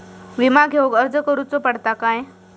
विमा घेउक अर्ज करुचो पडता काय?